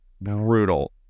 brutal